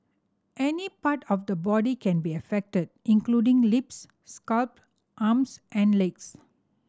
any part of the body can be affected including lips scalp arms and legs